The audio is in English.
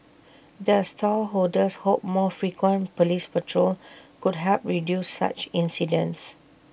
the stall holders hope more frequent Police patrol could help reduce such incidents